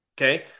okay